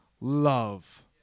love